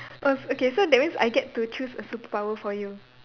oh s~ okay so that means I get to choose a superpower for you